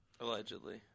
Allegedly